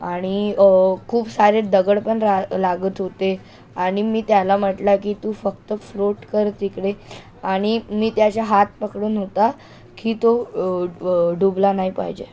आणि खूप सारे दगड पण रा लागत होते आणि मी त्याला म्हटलं की तू फक्त फ्लोट कर तिकडे आणि मी त्याचा हात पकडून होता की तो डुबला नाही पाहिजे